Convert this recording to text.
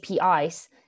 APIs